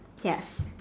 yes